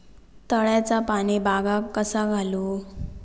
तळ्याचा पाणी बागाक कसा घालू?